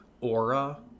aura